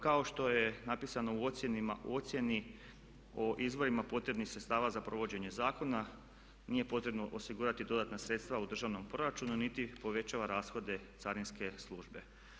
Kao što je napisano o ocjeni o izvorima potrebnih sredstava za provođenje zakona nije potrebno osigurati dodatna sredstva u državnom proračunu niti povećava rashode carinske službe.